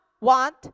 want